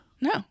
No